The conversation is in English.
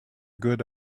good